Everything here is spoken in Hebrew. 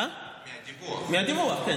מהדיווח.